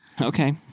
Okay